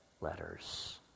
letters